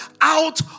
out